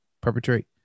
perpetrate